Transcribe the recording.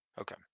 Okay